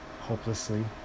hopelessly